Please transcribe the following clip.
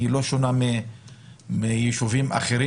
היא לא שונה מיישובים אחרים,